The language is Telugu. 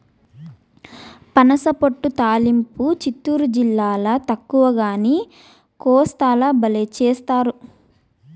పనసపొట్టు తాలింపు చిత్తూరు జిల్లాల తక్కువగానీ, కోస్తాల బల్లే చేస్తారు